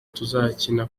tuzakina